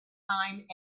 time